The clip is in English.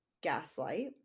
gaslight